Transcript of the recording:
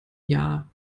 jahr